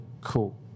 cool